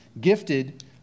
gifted